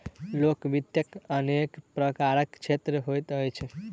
लोक वित्तक अनेक प्रकारक क्षेत्र होइत अछि